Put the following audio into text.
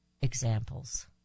examples